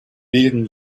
bilden